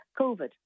COVID